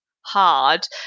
hard